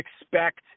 expect